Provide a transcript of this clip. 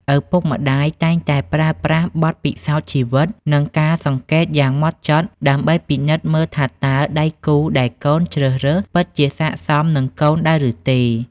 ឪពុកម្ដាយតែងតែប្រើប្រាស់បទពិសោធន៍ជីវិត និងការសង្កេតយ៉ាងហ្មត់ចត់ ដើម្បីពិនិត្យមើលថាតើដៃគូដែលកូនជ្រើសរើសពិតជាស័ក្តិសមនឹងកូនដែរឬទេ។